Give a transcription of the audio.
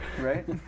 right